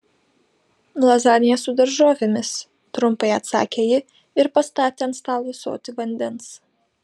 lazanija su daržovėmis trumpai atsakė ji ir pastatė ant stalo ąsotį vandens